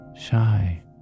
shy